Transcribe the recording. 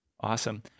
Awesome